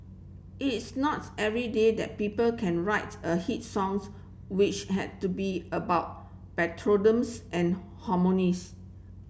it's not every day that people can write a hit songs which had to be about patriotisms and harmonies